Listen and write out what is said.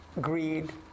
greed